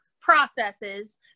processes